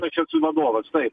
aš esu vadovas taip